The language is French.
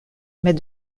mais